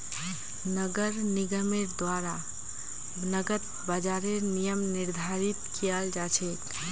नगर निगमेर द्वारा नकद बाजारेर नियम निर्धारित कियाल जा छेक